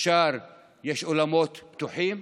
יש אולמות פתוחים,